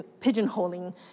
pigeonholing